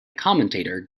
commentator